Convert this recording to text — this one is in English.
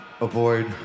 avoid